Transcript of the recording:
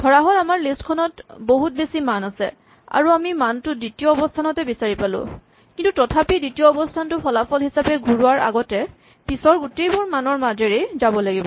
ধৰাহ'ল আমাৰ লিষ্ট খনত বহুত বেছি মান আছে আৰু আমি মানটো দ্বিতীয় অৱস্হানতে বিচাৰি পালো কিন্তু তথাপি দ্বিতীয় অৱস্হানটো ফলাফল হিচাপে ঘূৰোৱাৰ আগতে পিছৰ গোটেইবোৰ মানৰ মাজেৰে যাবই লাগিব